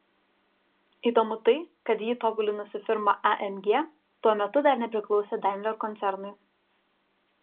įdomu tai kad jį tobulinusi firma amg tuo metu dar nepriklausė daimler koncernui